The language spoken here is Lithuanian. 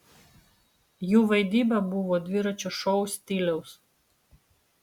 jų vaidyba buvo dviračio šou stiliaus